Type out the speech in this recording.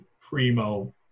primo